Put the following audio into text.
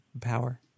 power